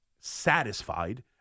satisfied